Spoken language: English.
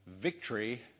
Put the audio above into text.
victory